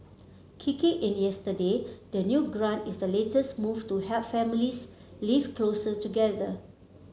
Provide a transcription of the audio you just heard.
kicking in the yesterday the new grant is the latest move to help families live closer together